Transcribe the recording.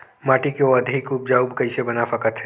माटी को अधिक उपजाऊ कइसे बना सकत हे?